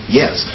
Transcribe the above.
yes